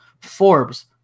Forbes